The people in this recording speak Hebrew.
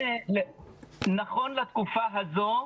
נכון לתקופה הזו,